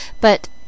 But